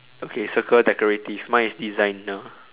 okay circle decorative mine is designer